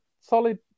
solid